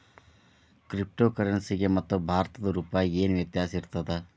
Crypto ಕರೆನ್ಸಿಗೆ ಮತ್ತ ಭಾರತದ್ ರೂಪಾಯಿಗೆ ಏನ್ ವ್ಯತ್ಯಾಸಿರ್ತದ?